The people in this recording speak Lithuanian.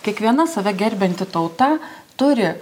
kiekviena save gerbianti tauta turi